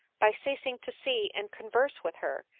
by ceasing to see and converse with her,